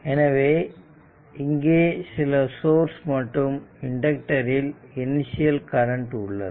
எனவே இங்கே சில சோர்ஸ் மற்றும் இண்டக்டர் இல் இனிஷியல் கரண்ட் உள்ளது